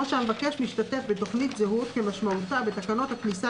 או שהמבקש משתתף בתוכנית זהות כמשמעותה בתקנות הכניסה